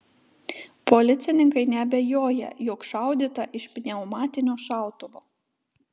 policininkai neabejoja jog šaudyta iš pneumatinio šautuvo